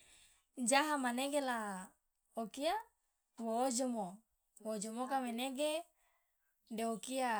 jaha manege la okia wo ojomo wo ojomoka menege deokia